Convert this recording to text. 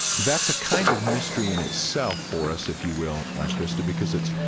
that's a kind of mystery in itself for us, if you will, krista, because it's,